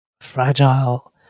fragile